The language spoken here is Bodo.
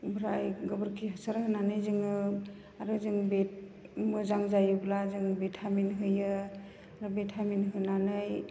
ओमफ्राय गोबोरखि हासार होनानै जोङो आरो जों बे मोजां जायोब्ला जों भिटामिन होयो आरो भिटामिन होनानै